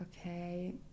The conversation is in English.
okay